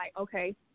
okay